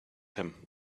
him